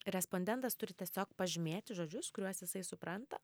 respondentas turi tiesiog pažymėti žodžius kuriuos jisai supranta